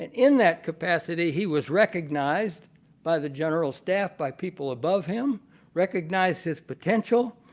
and in that capacity, he was recognized by the general staff by people above him recognized his potential,